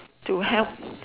to help